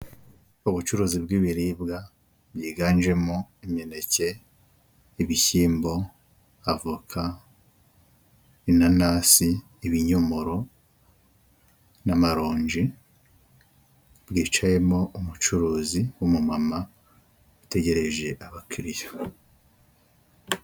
Ubucuruzi bw'ibiribwa byiganjemo imineke, ibishyimbo, avoka, inanasi, ibinyomoro n'amaronji hicayemo umucuruzi w'umumama utegereje abakiriya.